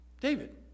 David